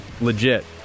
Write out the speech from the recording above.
legit